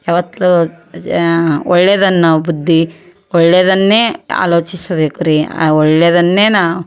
ಯಾವತ್ತೂ ಒಳ್ಳೇದನ್ನು ನಾವು ಬುದ್ಧಿ ಒಳ್ಳೆಯದನ್ನೇ ಆಲೋಚಿಸಬೇಕು ರೀ ಆ ಒಳ್ಳೆಯದನ್ನೆ ನಾವು